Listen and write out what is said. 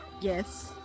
Yes